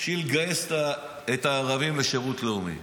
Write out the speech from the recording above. בשביל לגייס את הערבים לשירות לאומי.